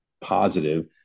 positive